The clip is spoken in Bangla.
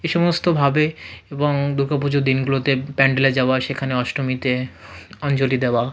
এ সমস্ত ভাবে এবং দুর্গাপুজোর দিনগুলোতে প্যান্ডেলে যাওয়া সেখানে অষ্টমীতে অঞ্জলি দেওয়া